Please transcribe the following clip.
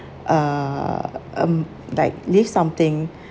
uh um like leave something